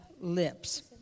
lips